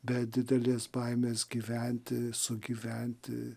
be didelės baimės gyventi sugyventi